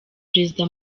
perezida